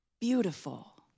beautiful